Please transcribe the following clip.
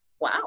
wow